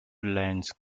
lines